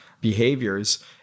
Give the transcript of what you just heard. behaviors